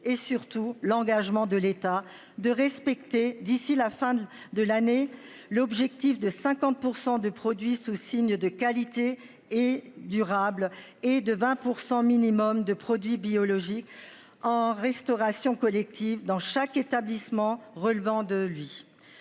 et surtout l'engagement de l'État de respecter d'ici la fin de l'année, l'objectif de 50% des produits sous signe de qualité et durable et de 20% minimum de produits biologiques en restauration collective, dans chaque établissement relevant de lui.